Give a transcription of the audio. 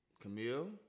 Camille